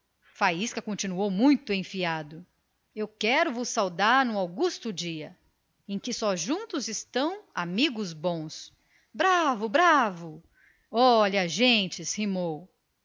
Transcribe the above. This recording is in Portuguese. faísca continuou muito enfiado eu quero vos saudar no augusto dia em que só juntos estão amigos bons bravo bravo olha gentes